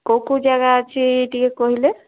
କେଉଁ କେଉଁ ଜାଗା ଅଛି ଟିକିଏ କହିଲେ